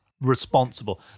responsible